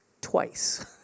twice